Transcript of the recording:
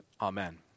Amen